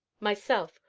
myself.